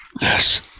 Yes